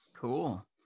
Cool